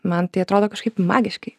man tai atrodo kažkaip magiškai